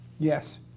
Yes